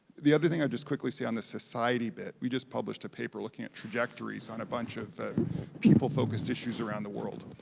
the other thing i would just quickly say on this society bit. we just published a paper looking at trajectories on a bunch of people focused issues around the world.